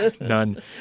None